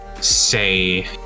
say